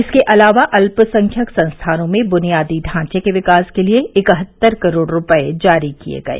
इसके अलावा अल्पसंख्यक संस्थानों में बुनियादी ढांचे के विकास के लिए इकहत्तर करोड़ रुपये जारी किए गए